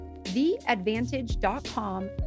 theadvantage.com